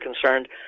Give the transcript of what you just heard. concerned